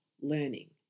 learning